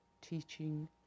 Teaching